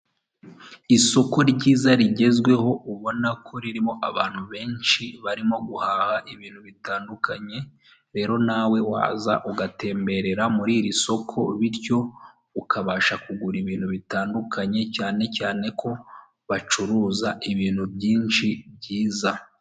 Ikinyabiziga gishinzwe gukora imihanda kiri mu busitani ndetse inyuma y'ubwo busitani hari inganda izo nganda zisize amabara y'umweru n'urundi rusize irangi ry'ibara ry'icyatsi ryerurutse izo nganda ziri ahitaruye.